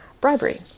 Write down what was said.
bribery